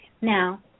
Now